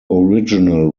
original